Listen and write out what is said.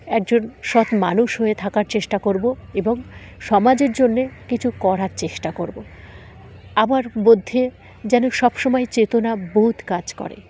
একজন সৎ মানুষ হয়ে থাকার চেষ্টা করব এবং সমাজের জন্যে কিছু করার চেষ্টা করব আমার মধ্যে যেন সব সময় চেতনা বহুত কাজ করে